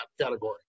category